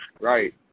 Right